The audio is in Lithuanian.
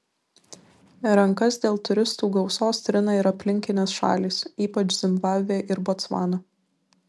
rankas dėl turistų gausos trina ir aplinkinės šalys ypač zimbabvė ir botsvana